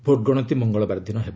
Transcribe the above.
vote ଗଣତି ମଙ୍ଗଳବାର ଦିନ ହେବ